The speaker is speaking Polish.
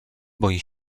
boi